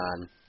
on